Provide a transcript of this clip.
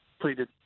pleaded